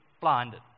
blinded